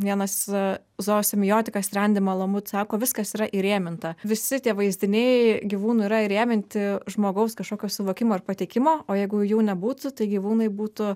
vienas zoosemiotikas rendi melamut sako viskas yra įrėminta visi tie vaizdiniai gyvūnų yra įrėminti žmogaus kažkokio suvokimo ar pateikimo o jeigu jų nebūtų tai gyvūnai būtų